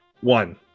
One